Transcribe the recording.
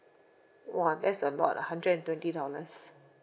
!wah! that's a lot ah hundred and twenty dollars